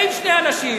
באים שני אנשים,